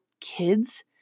kids